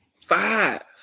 five